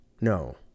No